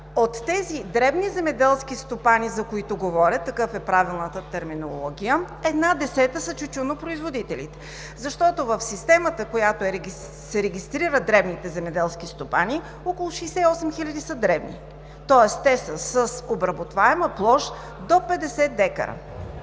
От тези дребни земеделски стопани, за които говоря – такава е правилната терминология, една десета са тютюнопроизводителите. Защото в системата, по която се регистрират дребните земеделски стопани, около 68 хиляди са дребни, тоест те са с обработваема площ до 50 дка.